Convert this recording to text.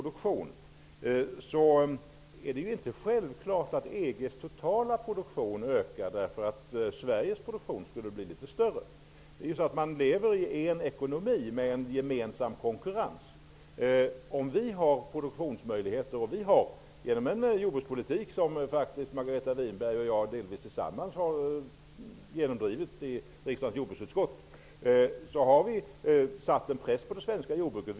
Det är inte självklart att EG:s totala produktion ökar om Sveriges produktion skulle bli litet större. Man lever ju i en ekonomi, med en gemensam konkurrens. Vi har genom en jordbrukspolitik som Margareta Winberg och jag faktiskt delvis tillsammans har genomdrivit i riksdagens jordbruksutskott satt en press på det svenska jordbruket.